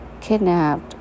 kidnapped